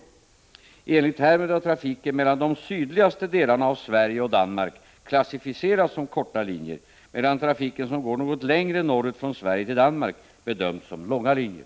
I enlighet härmed har trafiken mellan de sydligaste delarna av Sverige och Danmark klassificerats som korta linjer medan trafiken som går något längre norrut från Sverige till Danmark bedömts som långa linjer.